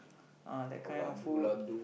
uh that kind of food